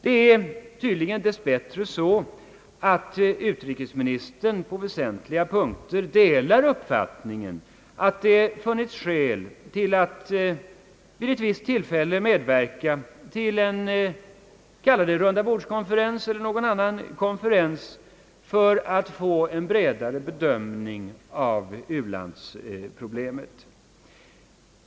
Det är tydligen dess bättre så att utrikesministern på väsentliga punkter delar uppfattningen, att det funnits skäl till att vid ett visst tillfälle medverka till en, vi kan kalla det rundabordskonferens eller någon annan konferens, för att få en bredare bedömning av u-landsproblemet.